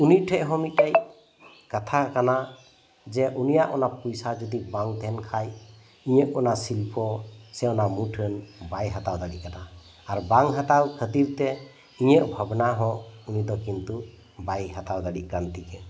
ᱩᱱᱤ ᱴᱷᱮᱡ ᱦᱚᱸ ᱢᱤᱫᱴᱮᱡ ᱠᱟᱛᱷᱟ ᱠᱟᱱᱟ ᱡᱮ ᱩᱱᱤᱭᱟᱜ ᱚᱱᱟ ᱯᱩᱭᱥᱟ ᱡᱩᱫᱤ ᱵᱟᱝ ᱛᱟᱦᱮᱸᱱ ᱠᱷᱟᱡ ᱤᱧᱟᱹᱜ ᱚᱱᱟ ᱥᱤᱞᱯᱚ ᱥᱮ ᱚᱱᱟ ᱢᱩᱴᱷᱟᱹᱱ ᱵᱟᱭ ᱦᱟᱛᱟᱣ ᱫᱟᱲᱮᱭᱟᱜ ᱠᱟᱱᱟ ᱟᱨ ᱵᱟᱝ ᱦᱟᱛᱟᱣ ᱠᱷᱟᱛᱤᱨ ᱛᱮ ᱤᱧᱟᱹᱜ ᱵᱷᱟᱵᱽᱱᱟ ᱦᱚᱸ ᱩᱱᱤ ᱫᱚ ᱠᱤᱱᱛᱩ ᱵᱟᱭ ᱦᱟᱛᱟᱣ ᱫᱟᱲᱮᱭᱟᱜ ᱠᱟᱱ ᱛᱤᱧᱟᱹ